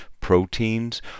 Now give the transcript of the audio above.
proteins